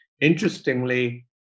interestingly